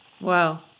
Wow